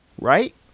right